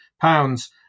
pounds